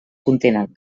contenen